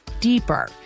deeper